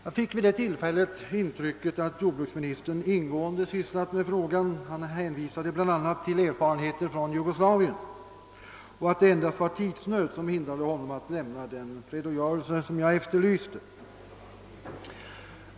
Jag fick vid det tillfället intrycket, att jordbruksministern ingående sysslat med frågan — han hänvisade bl.a. till erfarenheter från Jugoslavien — och att det endast var tidsnöd som hindrade honom att lämna den redogörelse, som jag efterlyste.